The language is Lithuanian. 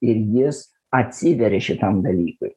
ir jis atsiveria šitam dalykui